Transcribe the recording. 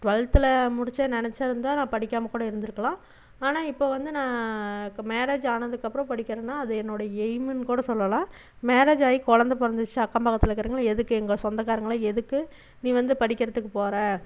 twelfth முடிச்சு நெனைச்சிருந்தா நான் படிக்காமல் கூட இருந்திருக்கலாம் ஆனால் இப்போ வந்து நான் மேரேஜ் ஆனதுக்கப்புறம் படிக்கிறனா அது என்னோட எய்ம்னு கூட சொல்லலாம் மேரேஜ் ஆகி கொழந்தை பிறந்துச்சி அக்கம் பக்கத்தில் இருக்கிறவங்க எதுக்கு எங்கள் சொந்தகாரங்களெல்லாம் எதுக்கு நீ வந்து படிக்கிறத்துக்கு போகிற